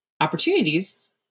opportunities